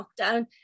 lockdown